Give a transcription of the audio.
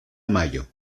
mayo